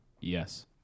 Yes